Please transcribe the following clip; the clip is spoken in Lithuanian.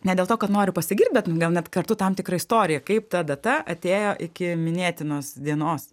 ne dėl to kad noriu pasigirt bet gal net kartu tam tikra istorija kaip ta data atėjo iki minėtinos dienos